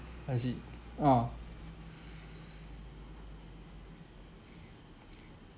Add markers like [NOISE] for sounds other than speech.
has it ah [BREATH]